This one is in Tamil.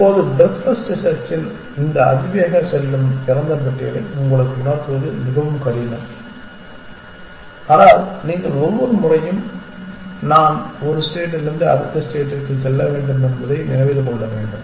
இப்போது ப்ரெத் ஃபர்ஸ்ட் செர்ச்சின் இந்த அதிவேகமாக செல்லும் திறந்த பட்டியலை உங்களுக்கு உணர்த்துவது மிகவும் கடினம் ஆனால் நீங்கள் ஒவ்வொரு முறையும் நான் ஒரு ஸ்டேட்டிலிருந்து அடுத்த ஸ்டேட்டுக்கு செல்ல வேண்டும் என்பதை நினைவில் கொள்ள வேண்டும்